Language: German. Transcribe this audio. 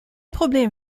problem